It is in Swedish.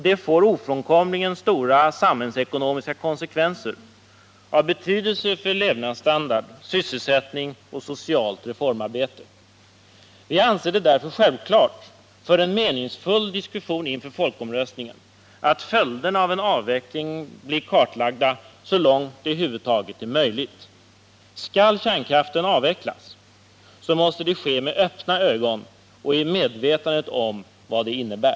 Det får ofrånkomligen stora samhällsekonomiska konsekvenser, av betydelse för levnadsstandard, sysselsättning och socialt reformarbete. Vi anser det därför självklart, för en meningsfull diskussion inför folkomröstningen, att följderna av en avveckling blir kartlagda så långt det över huvud taget är möjligt. Skall kärnkraften avvecklas, måste vi genomföra det med öppna ögon och i medvetandet om vad det innebär.